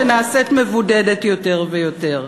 שנעשית מבודדת יותר ויותר.